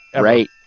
Right